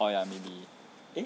oh ya maybe eh